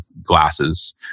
glasses